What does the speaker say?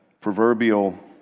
proverbial